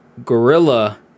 Gorilla